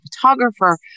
photographer